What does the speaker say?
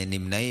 אם כן,